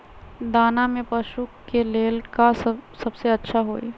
दाना में पशु के ले का सबसे अच्छा होई?